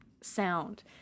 sound